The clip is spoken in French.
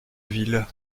ville